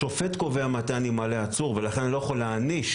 השופט קובע מתי אני מעלה עצור ולכן אני לא יכול להעניש